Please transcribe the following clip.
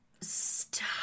Stop